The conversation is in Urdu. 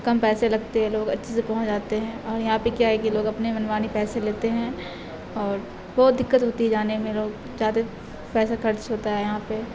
کم پیسے لگتے ہیں لوگ اچھے سے پہنچ جاتے ہیں اور یہاں پہ کیا ہے کہ لوگ اپنے منمانی پیسے لیتے ہیں اور بہت دقت ہوتی ہے جانے میں لوگ زیادہ پیسہ خرچ ہوتا ہے یہاں پہ